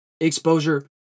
exposure